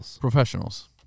Professionals